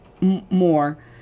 more